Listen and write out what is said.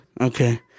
Okay